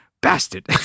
bastard